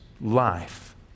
life